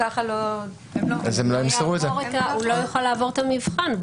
הוא לא יוכל לעבור את המבחן,